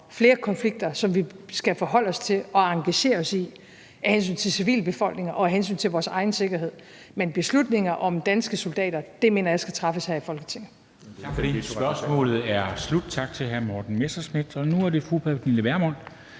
flere konflikter, som vi skal forholde os til og engagere os i – af hensyn til civilbefolkninger og af hensyn til vores egen sikkerhed. Men beslutninger om danske soldater mener jeg skal træffes her i Folketinget.